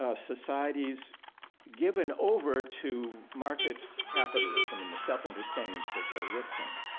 ah societies given over to market capitalism and the self understandings that go with them,